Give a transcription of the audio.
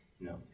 No